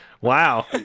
Wow